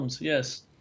yes